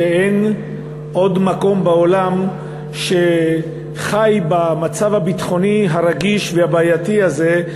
שאין עוד מקום בעולם שנמצא במצב הביטחוני הרגיש והבעייתי הזה,